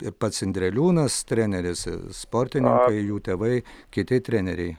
ir pats indreliūnas treneris sportininkai jų tėvai kiti treneriai